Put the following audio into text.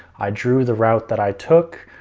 i drew the route that i took,